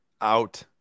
out